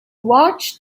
watched